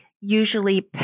usually